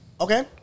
Okay